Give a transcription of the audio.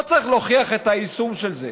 לא צריך להוכיח את היישום של זה.